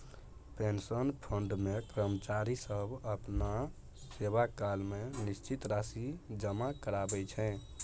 pension fund मे कर्मचारी सब अपना सेवाकाल मे निश्चित राशि जमा कराबै छै